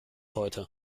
heute